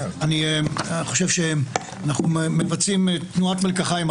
אני חושב שאנחנו מבצעים תנועת מלקחיים,